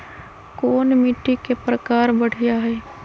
कोन मिट्टी के प्रकार बढ़िया हई?